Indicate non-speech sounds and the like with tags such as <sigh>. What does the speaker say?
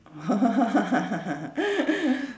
<laughs>